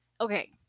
okay –